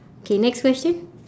K next question